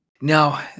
Now